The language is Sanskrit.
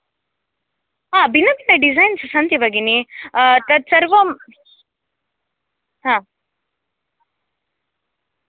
हा भिन्न डिजैन् सन्ति भगिनी तत् सर्वं हा